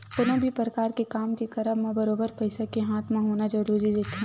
कोनो भी परकार के काम के करब म बरोबर पइसा के हाथ म होना जरुरी रहिथे